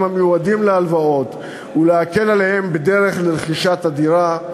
המיועדים להלוואות ולהקל עליהם בדרך לרכישת דירה,